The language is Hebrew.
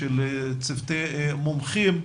צוותי מומחים,